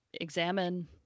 examine